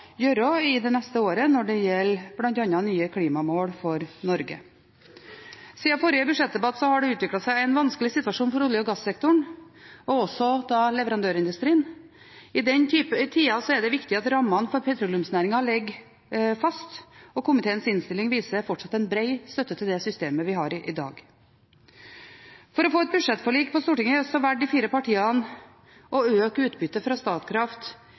i det neste året når det gjelder bl.a. nye klimamål for Norge. Siden forrige budsjettdebatt har det utviklet seg en vanskelig situasjon for olje- og gassektoren og leverandørindustrien. I slike tider er det viktig at rammene for petroleumsnæringen ligger fast. Komiteens innstilling viser fortsatt en bred støtte til det systemet vi har i dag. For å få et budsjettforlik i Stortinget valgte de fire partiene å øke utbyttet fra Statkraft til staten med 5 mrd. kr ved å ta vekk halvparten av den kapitaltilgangen som ble gitt Statkraft